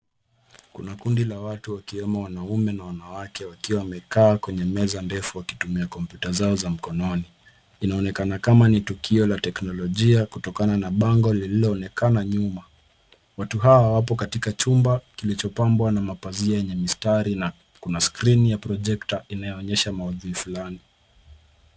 Kuna kundi la watu wakiwemo wanaume na wanawake wakiwa wamekaa kwenye meza ndefu wakitumia kompyuta zao za mikononi. Inaonekana kama ni tukio la teknolojia kutokana na bango lililoonekana nyuma. Watu hawa wapo katika chumba kilichopambwa na mapazia yenye mistari na kuna skrini ya projektor inayoonyesha maudhui fulani.